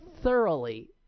thoroughly